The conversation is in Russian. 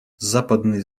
западные